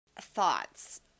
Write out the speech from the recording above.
thoughts